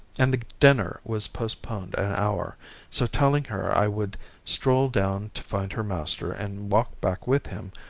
and the dinner was postponed an hour so telling her i would stroll down to find her master and walk back with him,